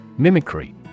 Mimicry